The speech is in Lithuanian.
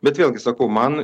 bet vėlgi sakau man